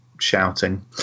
shouting